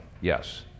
Yes